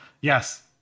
Yes